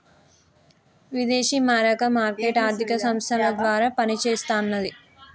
విదేశీ మారక మార్కెట్ ఆర్థిక సంస్థల ద్వారా పనిచేస్తన్నది